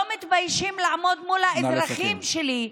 לא מתביישים לעמוד מול האזרחים שלי,